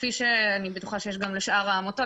כפי שאני בטוחה שיש גם לשאר העמותות,